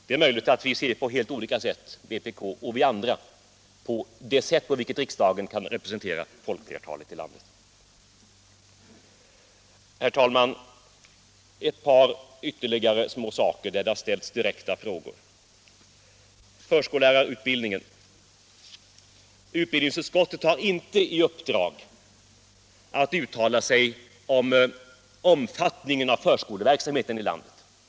Det är möjligt att vpk och vi andra ser helt olika på det sätt på vilket riksdagen kan representera folkflertalet i landet. Herr talman! Ytterligare ett par små saker där det har ställts direkta frågor. Utbildningsutskottet har inte i uppdrag att uttala sig om omfattningen av förskoleverksamheten i landet.